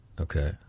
Okay